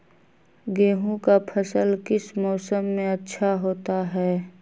गेंहू का फसल किस मौसम में अच्छा होता है?